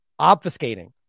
obfuscating